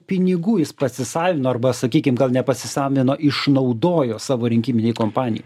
pinigų jis pasisavino arba sakykim nepasisavino išnaudojo savo rinkiminėj kompanijoj